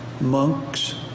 Monks